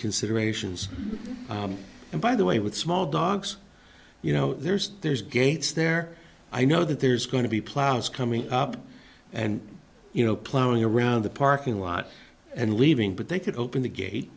considerations and by the way with small dogs you know there's there's gates there i know that there's going to be plows coming up and you know plowing around the parking lot and leaving but they could open the gate